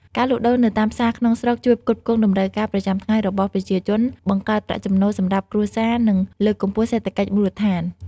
ការលក់ដូរនៅតាមផ្សារក្នុងស្រុកជួយផ្គត់ផ្គង់តម្រូវការប្រចាំថ្ងៃរបស់ប្រជាជន បង្កើតប្រាក់ចំណូលសម្រាប់គ្រួសារ និង លើកកម្ពស់សេដ្ឋកិច្ចមូលដ្ឋាន។